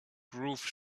groove